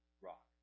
rock